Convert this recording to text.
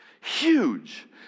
Huge